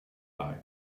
like